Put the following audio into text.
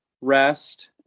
rest